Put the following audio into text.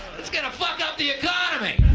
it's gonna fuck up the economy.